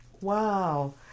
Wow